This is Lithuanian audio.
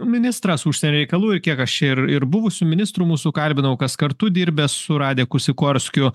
ministras užsienio reikalų ir kiek aš čia ir ir buvusių ministrų mūsų kalbinau kas kartu dirbęs su radeku sikorskiu